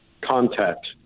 contact